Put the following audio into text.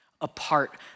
apart